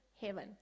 heaven